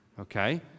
Okay